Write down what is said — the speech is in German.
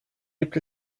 gibt